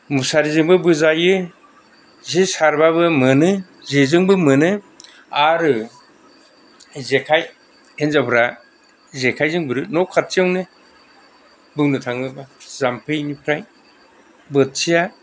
मुसारिजोंबो बोजायो जे सारबाबो मोनो जेजोंबो मोनो आरो जेखाइ हिन्जावफ्रा जेखैजों गुरो न' खाथियावनो बुंनो थाङोबा जामफैनिफ्राय बोथिया